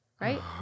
right